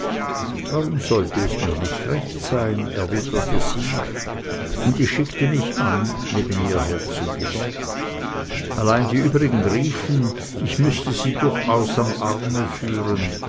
warum sollte es mir nicht recht sein erwiderte sie und ich schickte mich an neben ihr herzugehen allein die übrigen riefen ich müßte sie durchaus am arme führen